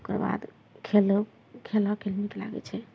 ओकरबाद खेलओ खेलओके नीक लागय छै